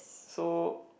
so